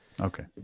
Okay